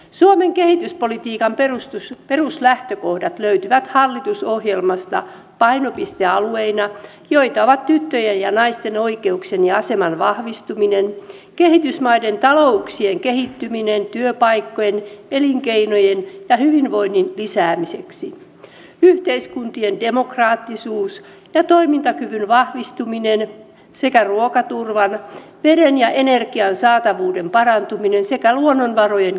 suomen kehityspolitiikan peruslähtökohdat löytyvät hallitusohjelmasta painopistealueina joita ovat tyttöjen ja naisten oikeuksien ja aseman vahvistuminen kehitysmaiden talouksien kehittyminen työpaikkojen elinkeinojen ja hyvinvoinnin lisäämiseksi yhteiskuntien demokraattisuus ja toimintakyvyn vahvistuminen sekä ruokaturvan veden ja energian saatavuuden parantuminen sekä luonnonvarojen kestävyys